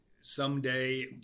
someday